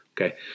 Okay